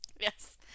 yes